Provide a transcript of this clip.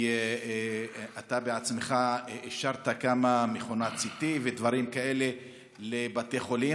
ואתה עצמך אישרת מכונת CT ודברים כאלה לבתי חולים.